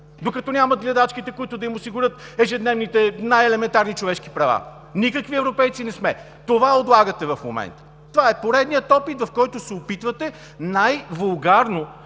докато няма гледачките, които да им осигурят ежедневните, най-елементарните човешки права. Никакви европейци не сме! Това отлагате в момента. Това е поредният опит, в който се опитвате най-вулгарно,